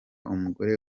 umugore